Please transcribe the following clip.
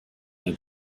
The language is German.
der